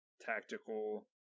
tactical